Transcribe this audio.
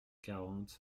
quarante